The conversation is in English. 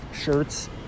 shirts